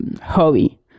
hobby